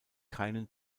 keinen